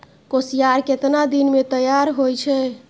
कोसियार केतना दिन मे तैयार हौय छै?